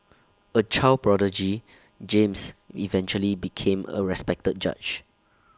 A child prodigy James eventually became A respected judge